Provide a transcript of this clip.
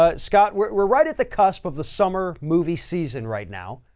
ah scott, we're, we're right at the cusp of the summer movie season right now.